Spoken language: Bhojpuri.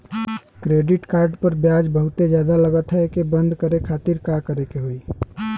क्रेडिट कार्ड पर ब्याज बहुते ज्यादा लगत ह एके बंद करे खातिर का करे के होई?